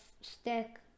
stick